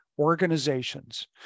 organizations